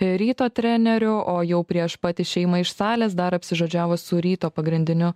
ryto treneriu o jau prieš pat išėjimą iš salės dar apsižodžiavo su ryto pagrindiniu